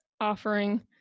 offering